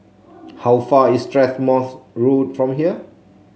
how far away is Strathmore Road from here